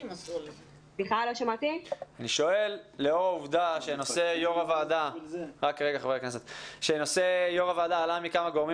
לאור העובדה שנושא יושב ראש הוועדה עלה מכמה גורמים,